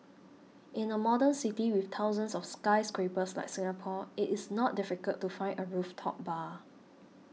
in a modern city with thousands of skyscrapers like Singapore it is not difficult to find a rooftop bar